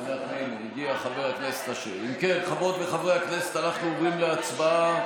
אם כן, חברות וחברי הכנסת, אנחנו עוברים להצבעה.